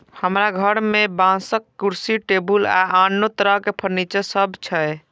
हमरा घर मे बांसक कुर्सी, टेबुल आ आनो तरह फर्नीचर सब छै